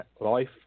life